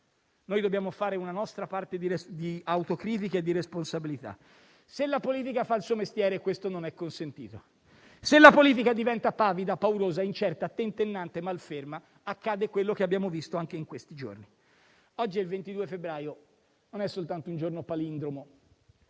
Noi dobbiamo fare la nostra parte di autocritica e di responsabilità. Se la politica fa il suo mestiere, questo non è consentito; se la politica diventa pavida, paurosa, incerta, tentennante, malferma, accade quello che abbiamo visto anche in questi giorni. Oggi è il 22 febbraio e non è soltanto un giorno palindromo.